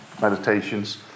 meditations